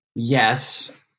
Yes